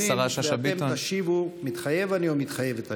ואתם תשיבו "מתחייב אני" או "מתחייבת אני".